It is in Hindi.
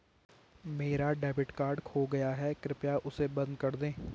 मेरा डेबिट कार्ड खो गया है, कृपया उसे बंद कर दें